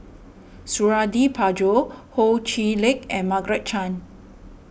Suradi Parjo Ho Chee Lick and Margaret Chan